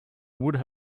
would